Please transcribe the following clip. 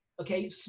okay